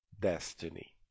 destiny